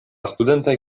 studentaj